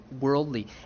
worldly